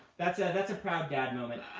that's yeah that's a proud dad moment.